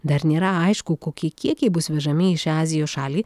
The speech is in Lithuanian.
dar nėra aišku kokie kiekiai bus vežami į šią azijos šalį